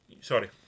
Sorry